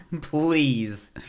please